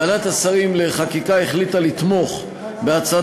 ועדת השרים לחקיקה החליטה לתמוך בהצעת